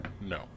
no